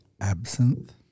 Absinthe